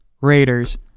Raiders